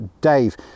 Dave